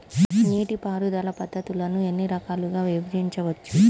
నీటిపారుదల పద్ధతులను ఎన్ని రకాలుగా విభజించవచ్చు?